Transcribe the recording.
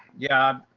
yeah.